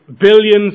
billions